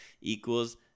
equals